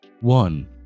One